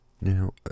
Now